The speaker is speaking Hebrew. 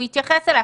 הוא יתייחס אלייך,